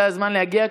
זה הזמן להגיע,